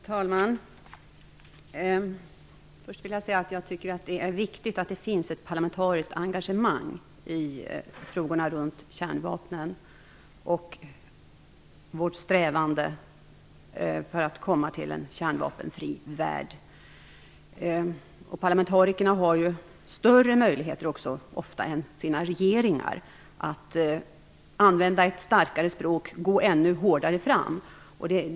Fru talman! Först vill jag säga att jag tycker det är viktigt att det finns ett parlamentariskt engagemang i frågorna kring kärnvapnen och vår strävan efter en kärnvapenfri värld. Parlamentarikerna har ju ofta större möjligheter att använda ett starkare språk och gå hårdare fram än sina regeringar.